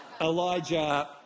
Elijah